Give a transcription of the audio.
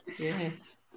Yes